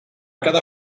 quedar